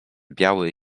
biały